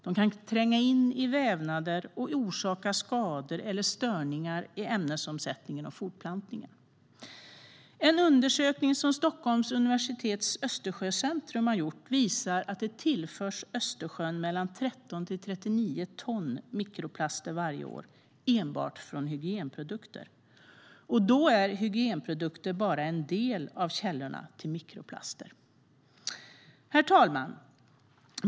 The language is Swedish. De kan tränga in i vävnader och orsaka skador eller störningar i ämnesomsättningen och fortplantningen. En undersökning som Stockholms universitets Östersjöcentrum har gjort visar att Östersjön tillförs mellan 13 och 39 ton mikroplaster varje år enbart från hygienprodukter. Och då är hygienprodukter bara en del av källorna till mikroplaster. Herr talman!